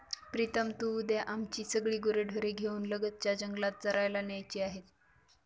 प्रीतम तू उद्या आमची सगळी गुरेढोरे घेऊन लगतच्या जंगलात चरायला न्यायची आहेत